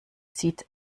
zieht